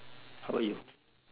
how about you